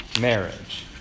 marriage